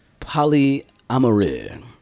polyamory